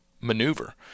maneuver